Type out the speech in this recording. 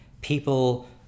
people